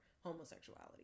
homosexuality